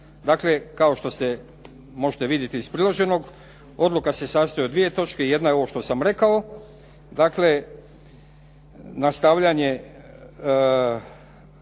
Dakle, kao što možete vidjeti iz priloženog. Odluka se sastoji od dvije točke. Jedna je ovo što sam rekao. Dakle, nastavljanje,